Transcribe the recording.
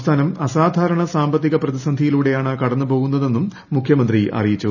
സംസ്ഥാനം അസാധാരണ സാമ്പത്തിക പ്രതിസന്ധിയിലൂടെയാണ് കടന്നുപോകുന്നതെന്നും മുഖ്യമന്ത്രി അറിയിച്ചു